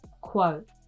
quote